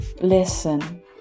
Listen